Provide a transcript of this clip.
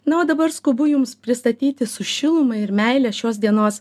na o dabar skubu jums pristatyti su šiluma ir meile šios dienos